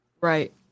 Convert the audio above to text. right